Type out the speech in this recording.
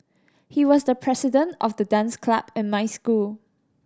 he was the president of the dance club in my school